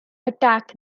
attack